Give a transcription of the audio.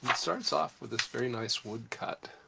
starts off with this very nice woodcut.